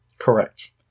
correct